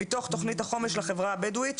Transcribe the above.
מתוך תוכנית החומש לחברה הבדואית,